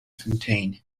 fountain